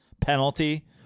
penalty